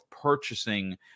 purchasing